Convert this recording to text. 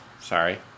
Sorry